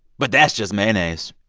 but that's just mayonnaise.